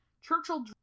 Churchill